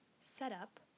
setup